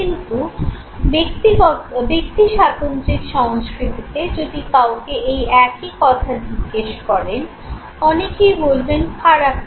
কিন্তু ব্যক্তিস্বাতন্ত্রিক সংস্কৃতিতে যদি কাউকে এই একই কথা জিজ্ঞেস করেন অনেকেই বলবেন খারাপ না